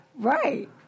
Right